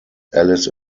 alice